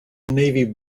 navy